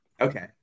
Okay